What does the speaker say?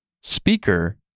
speaker